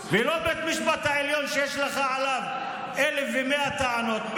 ולא בית המשפט העליון שיש לך עליו אלף ומאה טענות,